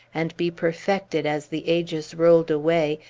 and be perfected, as the ages rolled away,